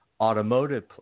automotive